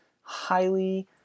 highly